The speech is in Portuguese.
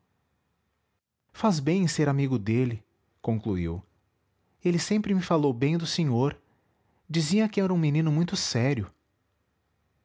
faz bem em ser amigo dele concluiu ele sempre me falou bem do senhor dizia que era um menino muito sério